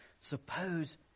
suppose